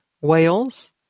Wales